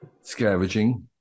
scavenging